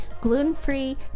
gluten-free